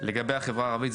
לגבי החברה הערבית,